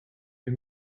you